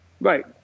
Right